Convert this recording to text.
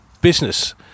business